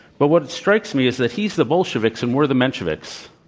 but what strikes me is that he's the bolsheviks, and we're the mensheviks.